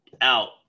out